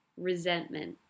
resentment